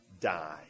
die